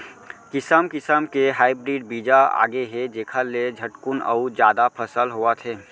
किसम किसम के हाइब्रिड बीजा आगे हे जेखर ले झटकुन अउ जादा फसल होवत हे